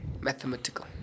Mathematical